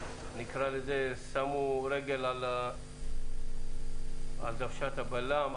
שמו רגל על דוושת הבלם,